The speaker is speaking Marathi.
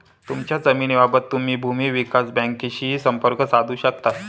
तुमच्या जमिनीबाबत तुम्ही भूमी विकास बँकेशीही संपर्क साधू शकता